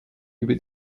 über